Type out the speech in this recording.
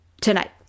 tonight